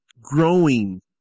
growing